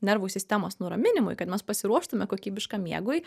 nervų sistemos nuraminimui kad mes pasiruoštume kokybiškam miegui